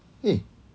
eh